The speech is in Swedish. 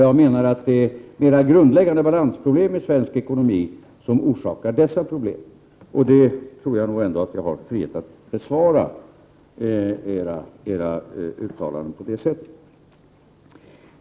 Jag menar att det är mera grundläggande balansproblem i svensk ekonomi som orsakar dessa problem. Jag tror ändå att jag har frihet att besvara era uttalanden på detta sätt.